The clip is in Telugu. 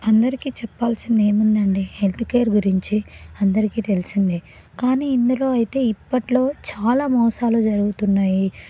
అందరికీ చెప్పాల్సింది ఏముందండి హెల్త్ కేర్ గురించి అందరికీ తెలిసిందే కానీ ఇందులో అయితే ఇప్పట్లో చాలా మోసాలు జరుగుతున్నాయి